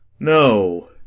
no,